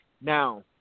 Now